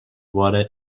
vuole